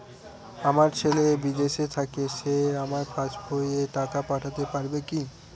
আমার ছেলে বিদেশে থাকে সে আমার পাসবই এ টাকা পাঠাতে পারবে কি?